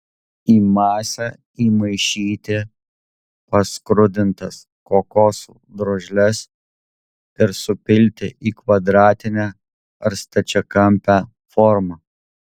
į masę įmaišyti paskrudintas kokosų drožles ir supilti į kvadratinę ar stačiakampę formą